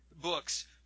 books